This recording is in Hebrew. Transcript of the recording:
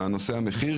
המחיר.